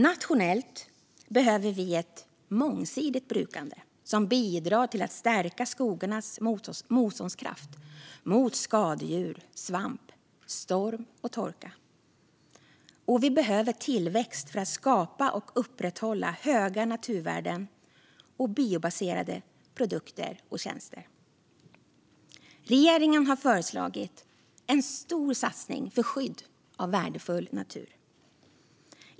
Nationellt behöver vi ett mångsidigt brukande som bidrar till att stärka skogarnas motståndskraft mot skadedjur, svamp, storm och torka. Och vi behöver tillväxt för att skapa och upprätthålla höga naturvärden och biobaserade produkter och tjänster. Regeringen har föreslagit en stor satsning på skydd av värdefull natur.